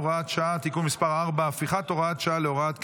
הוראת שעה) (תיקון מס' 4) (הפיכת הוראת השעה להוראת קבע),